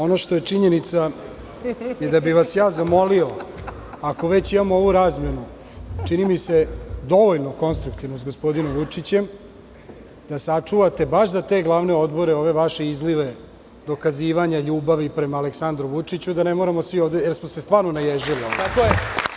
Ono što je činjenica je da bih vas zamolio, ako već imamo ovu razmenu, čini mi se dovoljno konstruktivnu sa gospodinom Vučićem, da sačuvate baš za te glavne odbore ove vaše izlive dokazivanja ljubavi prema Aleksandru Vučiću, da ne moramo svi ovde, jer smo se stvarno naježili.